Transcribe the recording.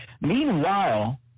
Meanwhile